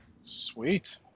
Sweet